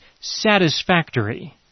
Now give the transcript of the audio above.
satisfactory